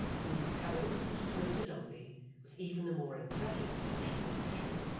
who, having listened to mr dombey with even a more emphatic attention than usual,